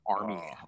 army